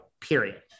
period